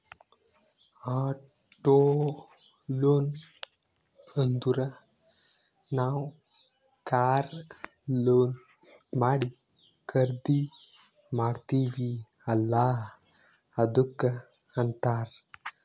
auto loan ಅಂದುರ್ ನಾವ್ car loan ಮಾಡಿ ಖರ್ದಿ ಮಾಡ್ತಿವಿ ಅಲ್ಲಾ ಅದ್ದುಕ್ ಅಂತ್ತಾರ್